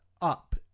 up